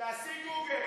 תעשי גוגל,